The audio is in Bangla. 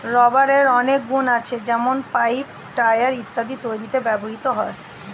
রাবারের অনেক গুন আছে যেমন পাইপ, টায়র ইত্যাদি তৈরিতে ব্যবহৃত হয়